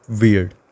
weird